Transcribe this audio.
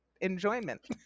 enjoyment